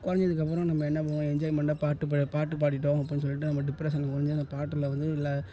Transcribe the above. குறைஞ்சதுக்கப்பறோம் நம்ம என்ன பண்ணுவோம் என்ஜாய்மெண்ட்டாக பாட்டு ப பாட்டு பாடிட்டோம் அப்படின்னு சொல்லிட்டு நம்ம டிப்ரெஷனில் குறைஞ்சி அந்த பாட்டில் வந்து இல்லை